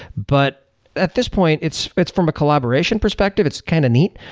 but at this point, it's it's from a collaboration perspective. it's kind of neat,